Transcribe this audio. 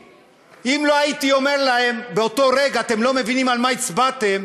אם לא הייתי אומר להם באותו רגע: אתם לא מבינים על מה הצבעתם,